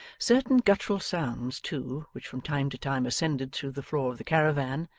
certain guttural sounds, too, which from time to time ascended through the floor of the caravan,